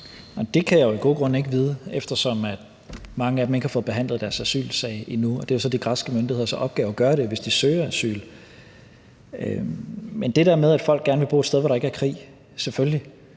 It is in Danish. Det kan jeg af gode grunde ikke vide, eftersom mange af dem ikke har fået behandlet deres asylsag endnu. Det er så de græske myndigheders opgave at gøre det, hvis de søger asyl. Men til det med, at folk gerne vil bo et sted, hvor der ikke er krig: Selvfølgelig.